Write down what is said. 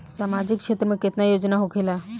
सामाजिक क्षेत्र में केतना योजना होखेला?